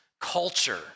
culture